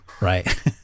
right